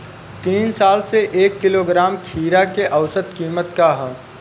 तीन साल से एक किलोग्राम खीरा के औसत किमत का ह?